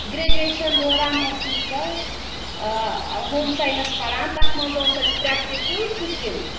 graduation دوران ٲسٕس بہٕ ہوم ساینَس پَران تَتھ منٛز اوس اَسہِ پرٛٮ۪کٹِکَل کُکِنٛگ